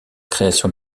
création